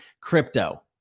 crypto